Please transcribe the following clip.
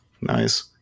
Nice